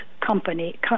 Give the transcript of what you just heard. company